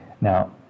Now